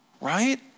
right